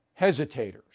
hesitators